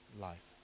life